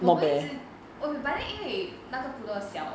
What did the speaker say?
我们一直 okay but then 因为那个 poodle 小